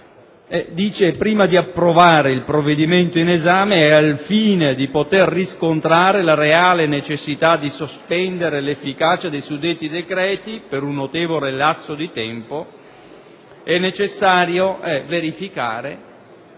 «(...) prima di approvare il provvedimento in esame, al fine di poter riscontrare la reale necessità di sospendere l'efficacia dei suddetti decreti, per un notevole lasso di tempo»; in sostanza, si ritiene